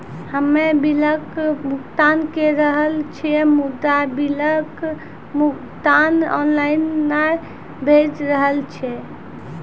हम्मे बिलक भुगतान के रहल छी मुदा, बिलक भुगतान ऑनलाइन नै भऽ रहल छै?